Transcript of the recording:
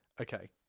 Okay